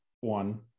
one